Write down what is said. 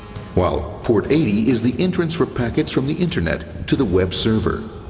while port eighty is the entrance for packets from the internet to the web server.